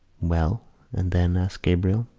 well and then? asked gabriel.